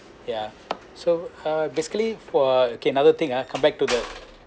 ya so uh basically for okay another thing ah come back to the